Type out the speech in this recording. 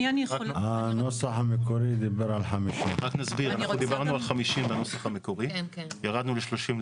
הנוסח המקורי דיבר על 50. ירדנו ל-30,